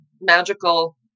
magical